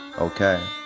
Okay